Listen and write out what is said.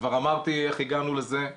כבר אמרתי איך הגענו לזה,